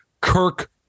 Kirk